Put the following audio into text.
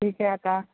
ठीक आहे आता